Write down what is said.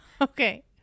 Okay